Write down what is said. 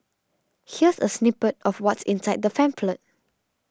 here's a snippet of what's inside the pamphlet